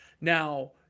Now